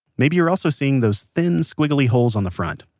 maybe you're also seeing those thin, squiggly holes on the front.